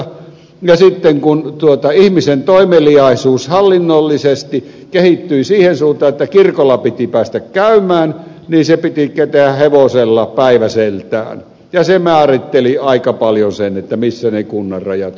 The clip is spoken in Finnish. ja sitten kun ihmisen toimeliaisuus hallinnollisesti kehittyi siihen suuntaan että kirkolla piti päästä käymään se piti käydä hevosella päiväseltään ja se määritteli aika paljon sen että missä ne kunnan rajat kulkivat